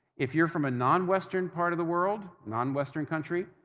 if you're from a non-western part of the world, non-western country,